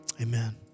Amen